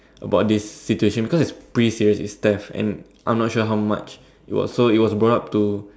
about this situation cause it was retty stuff but I'm not sure about how much it was so it was brought up to